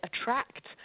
attract